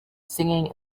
singing